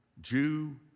Jew